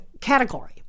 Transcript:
category